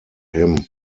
him